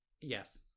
yes